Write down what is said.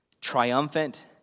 triumphant